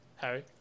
Harry